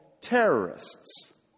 terrorists